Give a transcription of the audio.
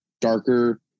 darker